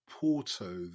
porto